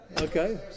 Okay